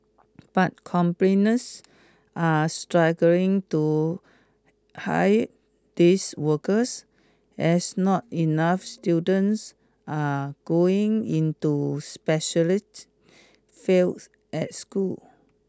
but companies are struggling to hire these workers as not enough students are going into specialists fields at school